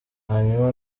hanyuma